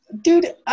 Dude